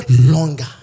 longer